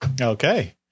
Okay